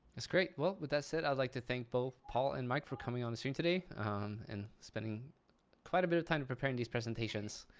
that's great. well, with that said, i'd like to thank both paul and mike for coming on the stream today and spending quite a bit of time preparing these presentations.